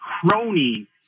crony